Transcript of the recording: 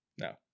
no